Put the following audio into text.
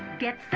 get